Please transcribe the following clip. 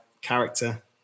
character